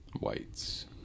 Whites